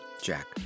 Jack